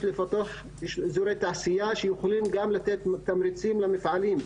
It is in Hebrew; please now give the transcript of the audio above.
לפתוח אזורי תעשייה שיכולים גם לתת תמריצים למפעלים,